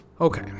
Okay